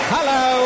Hello